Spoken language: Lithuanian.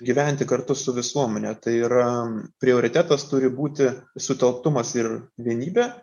gyventi kartu su visuomene tai yra prioritetas turi būti sutelktumas ir vienybė